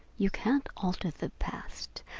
you can't alter the past.